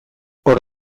hor